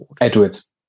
Edwards